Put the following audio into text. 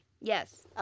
Yes